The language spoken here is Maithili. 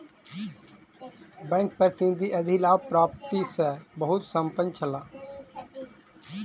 बैंक प्रतिनिधि अधिलाभ प्राप्ति सॅ बहुत प्रसन्न छला